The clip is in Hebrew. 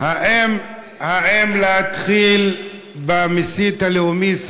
--- האם להתחיל במסית הלאומי,